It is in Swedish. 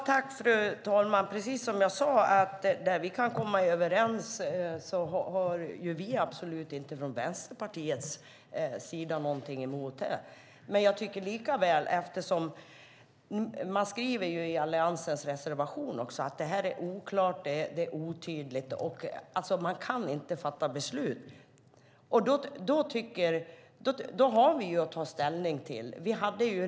Fru talman! Vi har från Vänsterpartiets sida inget emot att komma överens. I Alliansens reservation framgår det att man anser att förslaget är oklart och otydligt, och man kan inte fatta beslut. Vi har att ta ställning till hela paketet.